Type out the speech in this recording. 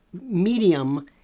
medium